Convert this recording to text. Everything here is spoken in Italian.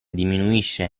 diminuisce